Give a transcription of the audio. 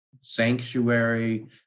sanctuary